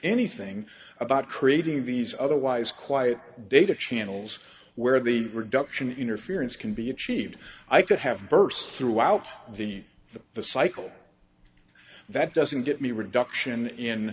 anything about creating these otherwise quiet data channels where the reduction interference can be achieved i could have burst through out the the the cycle that doesn't get me a reduction in